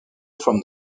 from